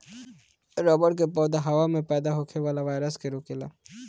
रबड़ के पौधा हवा में पैदा होखे वाला वायरस के रोकेला